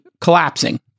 collapsing